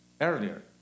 Earlier